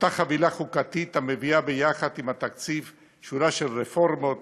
אותה חבילה חוקתית המביאה ביחד עם התקציב שורה של רפורמות